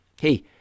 Hey